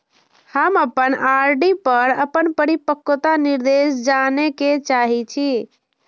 हम अपन आर.डी पर अपन परिपक्वता निर्देश जाने के चाहि छी